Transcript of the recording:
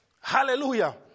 Hallelujah